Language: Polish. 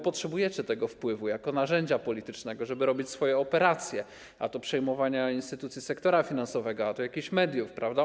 Potrzebujecie tego wpływu jako narzędzia politycznego, żeby robić swoje operacje, przejmować a to instytucje sektora finansowego, a to jakieś media.